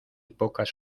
pocas